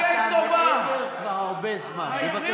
בבית הדין הבין-לאומי בהאג בהאשמה של